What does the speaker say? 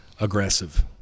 aggressive